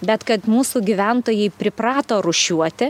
bet kad mūsų gyventojai priprato rūšiuoti